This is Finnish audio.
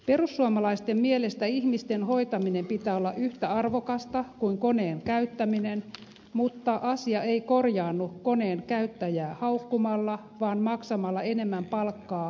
perussuomalaisten mielestä ihmisten hoitamisen pitää olla yhtä arvokasta kuin koneen käyttämisen mutta asia ei korjaannu koneen käyttäjää haukkumalla vaan maksamalla enemmän palkkaa hoivatyöntekijälle